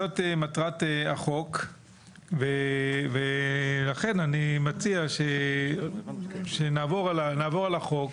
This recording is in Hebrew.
זו מטרת החוק ולכן אני מציע שנעבור על החוק,